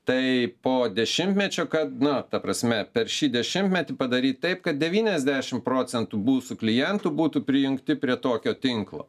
tai po dešimtmečio kad na ta prasme per šį dešimtmetį padaryt taip kad devyniasdešimt procentų mūsų klientų būtų prijungti prie tokio tinklo